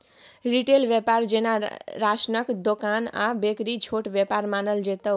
retail बेपार जेना राशनक दोकान आ बेकरी छोट बेपार मानल जेतै